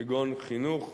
כגון חינוך,